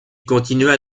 continua